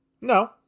No